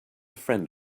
friend